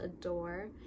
adore